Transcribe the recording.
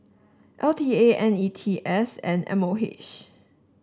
L T A N E T S and M O H